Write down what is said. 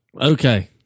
Okay